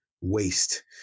waste